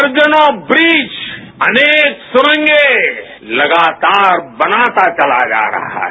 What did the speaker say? दर्जनों ब्रिज अनेक सुरंगे लगातार बनाता चला जा रहा है